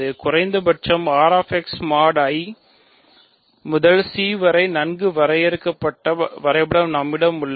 குறைந்தபட்சம் Rx mod I முதல் C வரை நன்கு வரையறுக்கப்பட்ட வரைபடம் நம்மிடம் உள்ளது